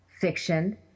fiction